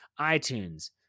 iTunes